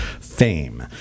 fame